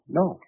no